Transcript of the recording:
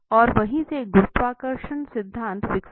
और वहीं से गुरुत्वाकर्षण सिद्धांत विकसित हुआ